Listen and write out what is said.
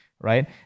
right